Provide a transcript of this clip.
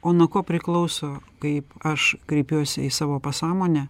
o nuo ko priklauso kaip aš kreipiuosi į savo pasąmonę